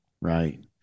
right